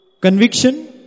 conviction